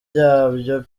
ryabyo